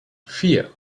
vier